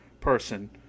person